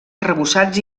arrebossats